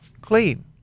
clean